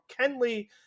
Kenley